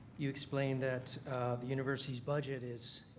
you explained that the university's budget is